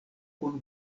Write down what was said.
kun